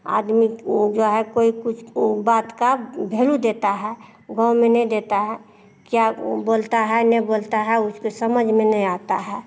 आदमी जो है कोई कुछ बात का भेलू देता है गाँव में नहीं देता है क्या बोलता है नहीं बोलता है उसके समझ में नहीं आता है